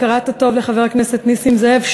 הכרת הטוב לחבר הכנסת נסים זאב,